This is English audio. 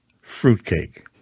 fruitcake